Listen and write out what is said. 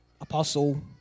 apostle